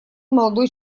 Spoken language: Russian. молодой